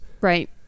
Right